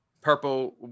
purple